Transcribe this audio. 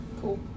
Cool